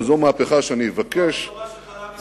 וזו מהפכה שאני אבקש זו הבשורה שלך לעם ישראל?